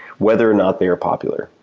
whether or not they are popular.